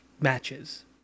matches